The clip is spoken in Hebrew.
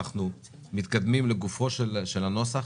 אנחנו מתקדמים לגופו של הנוסח.